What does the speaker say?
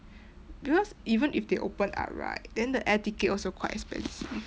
because even if they open up right then the air ticket also quite expensive